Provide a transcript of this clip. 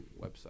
website